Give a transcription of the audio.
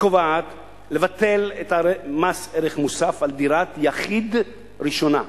שקובעת ביטול מס ערך מוסף על דירת יחיד ראשונה.